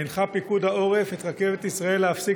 הנחה פיקוד העורף את רכבת ישראל להפסיק